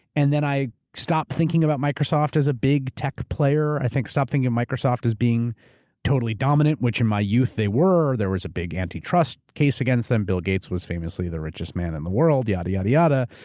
and then i stopped thinking about microsoft as big tech player. i stopped thinking of microsoft is being totally dominant, which in my youth they were. there was a big anti-trust case against them. bill gates was famously the richest man in the world. yada, yada, yada.